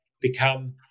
become